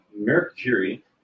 Mercury